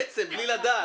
בעצם בלי לדעת.